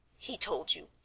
he told you!